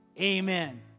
amen